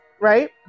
Right